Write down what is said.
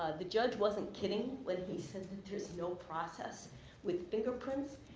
ah the judge wasn't kidding when he said that there's no process with fingerprints.